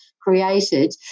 created